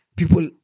people